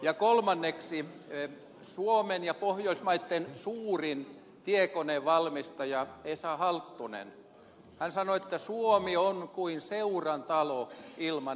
ja kolmanneksi suomen ja pohjoismaitten suurin tiekonevalmistaja esa halttunen sanoi että suomi on kuin seurantalo ilman isäntää